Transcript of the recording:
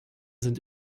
sind